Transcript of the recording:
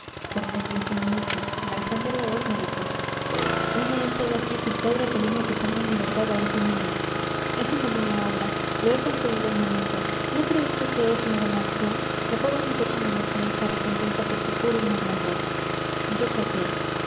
grijalva sorprendiose mucho y alzando la voz me dijo hoy ha estado aquí su padre a pedirme que ponga en libertad a ese niño es una buena obra lo he concedido al momento no crees tú que es una buena acción la pobre muchacha merece esta recompensa por su puro y noble amor yo callé